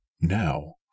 Now